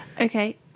Okay